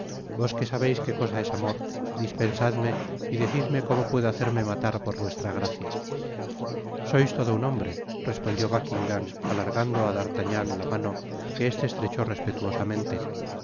vos que sabeis que cosa es amor dispensadme y decidme como puedo hacerme matar por vuestra gracia sois todo un hombre respondió buckingam alargando á d'artagnan la mano que este estrechó respetuosamente